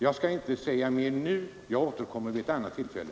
Jag skall inte säga mer just nu utan återkommer vid ett annat tillfälle.